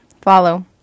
Follow